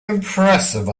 impressive